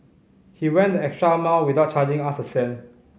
he went the extra mile without charging us a cent